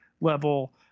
level